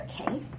okay